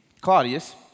Claudius